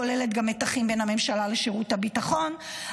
כולל גם מתחים בין הממשלה לשירות הביטחון,